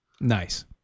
Nice